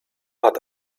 hat